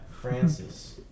Francis